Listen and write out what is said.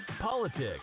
politics